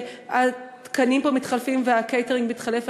שהתקנים פה מתחלפים והקייטרינג מתחלף,